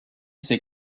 ses